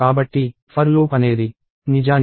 కాబట్టి for loop అనేది నిజానికి